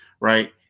right